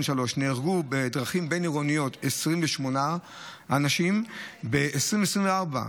נהרגו בדרכים בין-עירוניות 28 אנשים; ב-2024,